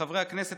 חברי הכנסת,